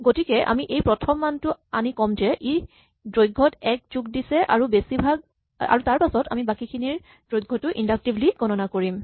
গতিকে আমি এই প্ৰথম মানটো আনি ক'ম যে ই দৈৰ্ঘ্যত এক যোগ দিছে আৰু তাৰপাছত আমি বাকীখিনিৰ দৈৰ্ঘ্যটো ইন্ডাক্টিভলী গণনা কৰিম